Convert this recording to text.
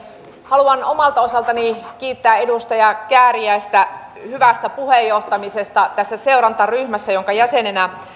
haluan omalta osaltani kiittää edustaja kääriäistä hyvästä puheenjohtamisesta tässä seurantaryhmässä jonka jäsenenä